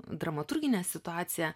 dramaturginė situacija